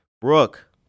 brooke